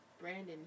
Brandon